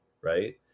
right